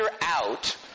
out